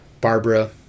Barbara